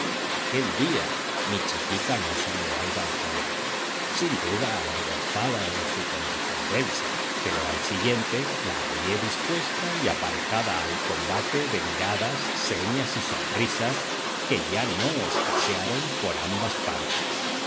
aquel día mi chiquita no salió al balcón sin duda avergonzada de su condescendencia pero al siguiente la hallé dispuesta y aparejada al combate de miradas señas y sonrisas que ya no escasearon por ambas partes